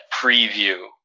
preview